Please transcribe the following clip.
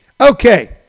Okay